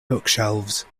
bookshelves